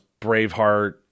Braveheart